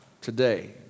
today